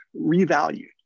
revalued